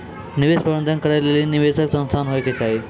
निवेश प्रबंधन करै लेली निवेशक संस्थान होय के चाहि